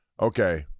okay